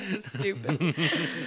stupid